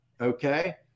Okay